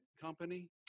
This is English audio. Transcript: company